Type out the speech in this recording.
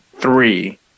three